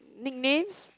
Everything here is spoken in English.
nicknames